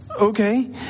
okay